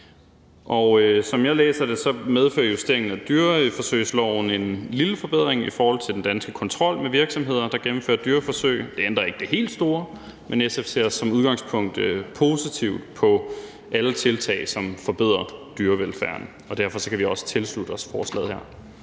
Som jeg læser det, medfører justeringen af dyreforsøgsloven en lille forbedring i forhold til den danske kontrol med virksomheder, der gennemfører dyreforsøg. Det ændrer ikke det helt store, men SF ser som udgangspunkt positivt på alle tiltag, som forbedrer dyrevelfærden. Derfor kan vi også tilslutte os forslaget her.